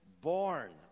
born